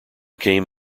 came